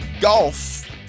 Golf